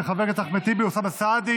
של חברי הכנסת אחמד טיבי ואוסאמה סעדי.